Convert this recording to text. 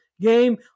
game